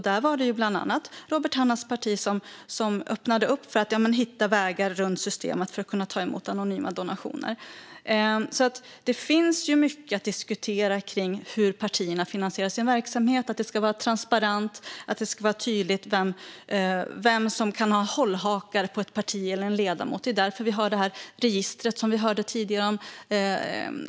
Där öppnade bland andra Robert Hannahs parti för att hitta vägar runt systemet och ta emot anonyma donationer. Det finns mycket att diskutera kring hur partierna finansierar sin verksamhet. Det ska vara transparent och tydligt vem som kan ha hållhakar på ett parti eller en ledamot. Det är därför registret som vi tidigare hörde om finns.